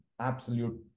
absolute